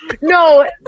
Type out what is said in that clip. No